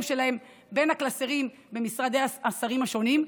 שלהן בין הקלסרים במשרדי השרים השונים,